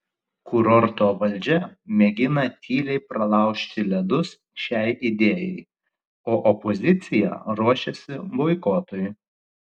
kurorto valdžia mėgina tyliai pralaužti ledus šiai idėjai o opozicija ruošiasi boikotui